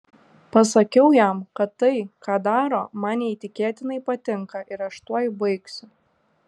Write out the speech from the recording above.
pasakiau jam kad tai ką daro man neįtikėtinai patinka ir aš tuoj baigsiu